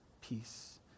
Peace